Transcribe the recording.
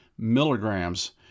milligrams